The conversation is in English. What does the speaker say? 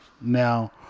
Now